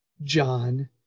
john